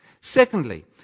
Secondly